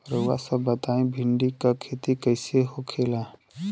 रउआ सभ बताई भिंडी क खेती कईसे होखेला?